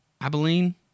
Abilene